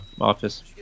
office